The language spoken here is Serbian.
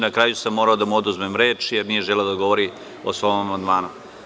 Na kraju sam morao da mu oduzmem reč, jer nije želeo da odgovori o svom amandmanu.